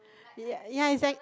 yea yea it's like